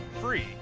free